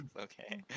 okay